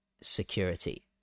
security